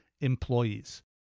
employees